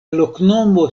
loknomo